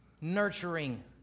nurturing